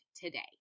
today